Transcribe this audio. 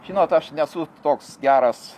žinot aš nesu toks geras